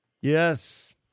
Yes